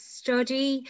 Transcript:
study